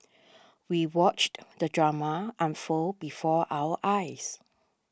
we watched the drama unfold before our eyes